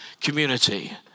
community